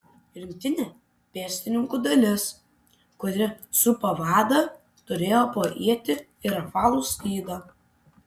rinktinė pėstininkų dalis kuri supa vadą turėjo po ietį ir apvalų skydą